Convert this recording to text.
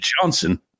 Johnson